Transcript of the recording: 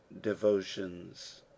devotions